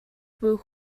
буй